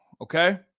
Okay